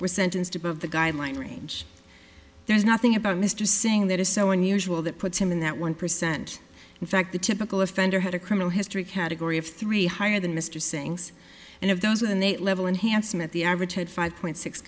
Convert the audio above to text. were sentenced above the guideline range there's nothing about mr singh that is so unusual that puts him in that one percent in fact the typical offender had a criminal history category of three higher than mr singh's and of those an eight level unhandsome that the average had five point six